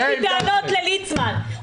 יש לי טענות לליצמן.